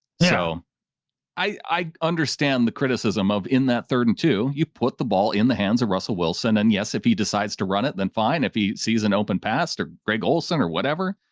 so i understand the criticism of in that third and two, you put the ball in the hands of russell wilson and yes if he decides to run it, then fine. if he sees an open pastor greg olson or whatever,